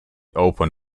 open